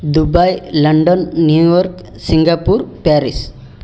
Dubai London New York Singapore Paris